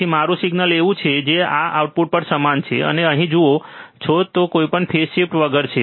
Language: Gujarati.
પછી મારું સિગ્નલ એવું છે કે આ આઉટપુટ પણ સમાન છે જે તમે અહીં જુઓ છો જે કોઈપણ ફેઝ શિફ્ટ વગર છે